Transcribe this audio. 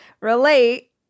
relate